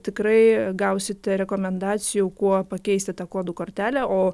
tikrai gausite rekomendacijų kuo pakeisti tą kodų kortelę o